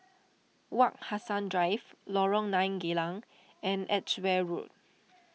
Wak Hassan Drive Lorong nine Geylang and Edgeware Road